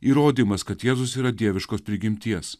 įrodymas kad jėzus yra dieviškos prigimties